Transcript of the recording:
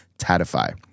Tatify